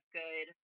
good